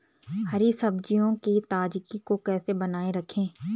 हरी सब्जियों की ताजगी को कैसे बनाये रखें?